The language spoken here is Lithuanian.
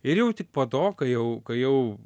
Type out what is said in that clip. ir jau tik pa to kai jau kai jau